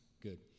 good